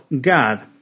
God